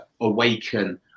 awaken